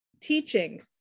teaching